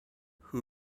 who